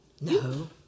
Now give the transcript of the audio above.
No